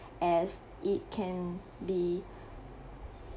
as it can be